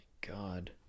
God